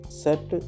set